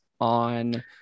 on